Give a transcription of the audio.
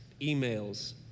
emails